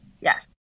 Yes